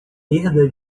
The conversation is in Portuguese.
perda